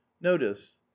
Notice